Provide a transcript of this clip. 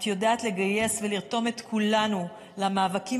את יודעת לגייס ולרתום את כולנו למאבקים